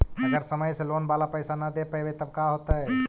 अगर समय से लोन बाला पैसा न दे पईबै तब का होतै?